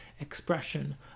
expression